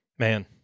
Man